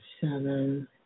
Seven